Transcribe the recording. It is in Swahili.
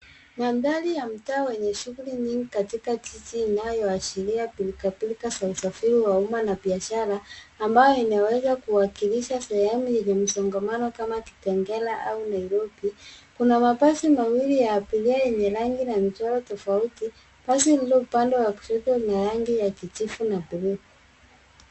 Mandhari ya mtaa wenye shughuli nyingi katika jiji inayoashiria pilkapilka za usafiri wa umma na biashara ambayo inaweza kuwakilisha sehemu yenye msongamano kama Kitengela au Nairobi. Kuna mabasi mawili ya abiria yenye rangi na michoro tofauti. Basi lililo upande wa kushoto ni la rangi ya kijivu na buluu.